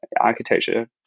architecture